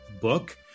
Book